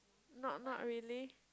not not really